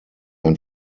ein